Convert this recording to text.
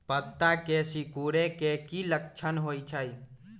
पत्ता के सिकुड़े के की लक्षण होइ छइ?